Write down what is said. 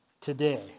today